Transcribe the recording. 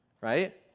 right